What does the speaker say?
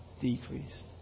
decrease